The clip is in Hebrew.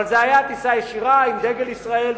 אבל זה היה טיסה ישירה עם דגל ישראל,